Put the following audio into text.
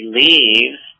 leaves